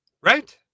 Right